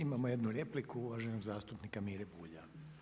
Imamo jednu repliku uvaženog zastupnika Mire Bulja.